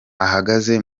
ahagaze